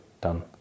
done